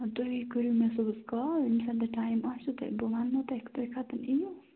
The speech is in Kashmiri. تُہۍ کٔرِو مےٚ صُبحَس کال ییٚمہِ ساتہٕ مےٚ ٹایم آسہِ تہٕ بہٕ ونو تۄہہِ تُہۍ کَتیٚن اِیِو